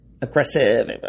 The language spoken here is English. aggressive